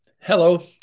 Hello